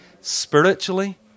spiritually